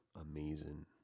amazing